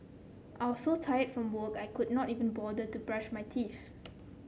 I was so tired from work I could not even bother to brush my teeth